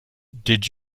did